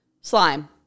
Slime